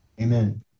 Amen